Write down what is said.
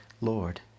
Lord